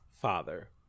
father